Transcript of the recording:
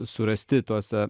surasti tose